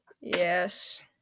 Yes